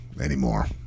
anymore